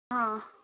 आं